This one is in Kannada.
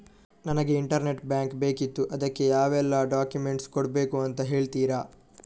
ನನಗೆ ಇಂಟರ್ನೆಟ್ ಬ್ಯಾಂಕ್ ಬೇಕಿತ್ತು ಅದಕ್ಕೆ ಯಾವೆಲ್ಲಾ ಡಾಕ್ಯುಮೆಂಟ್ಸ್ ಕೊಡ್ಬೇಕು ಅಂತ ಹೇಳ್ತಿರಾ?